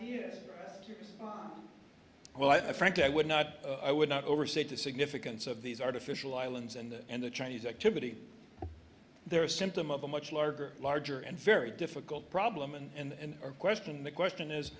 here well i frankly i would not i would not overstate the significance of these artificial islands and the and the chinese activity there are a symptom of a much larger larger and very difficult problem and or question the question is